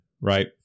right